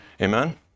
Amen